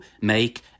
make